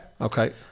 Okay